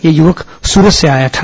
यह युवक सूरत से आया था